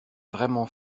vraiment